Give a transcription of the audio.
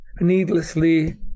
needlessly